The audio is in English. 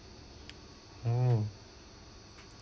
oh